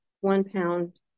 one-pound